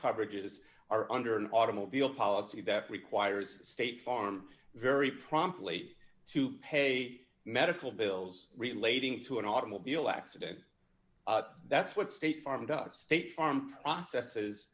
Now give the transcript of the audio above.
coverages are under an automobile policy that requires state farm very promptly to pay medical bills relating to an automobile accident that's what state farm does state farm processes